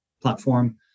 platform